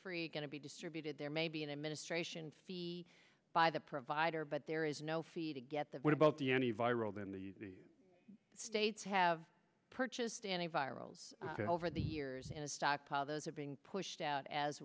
free going to be distributed there may be an administration fee by the provider but there is no fee to get the what about the any viral in the states have purchased and a viral over the years in a stockpile those are being pushed out as